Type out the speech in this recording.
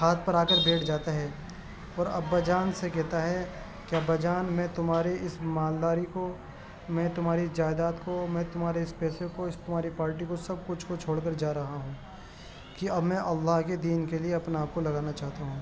ہاتھ پر آ کر بیٹھ جاتا ہے اور ابا جان سے کہتا ہے کہ ابا جان میں تمہارے اس مالداری کو میں تمہاری اس جائداد کو میں تمہارے اس پیسے کو اس تمہاری پارٹی کو سب کچھ کو چھوڑ کر جا رہا ہوں کہ اب میں اللہ کے دین کے لیے اپنے آپ کو لگانا چاہتا ہوں